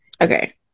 Okay